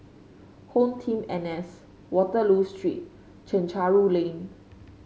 HomeTeam N S Waterloo Street Chencharu Lane